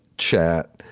chat,